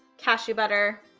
cashew butter,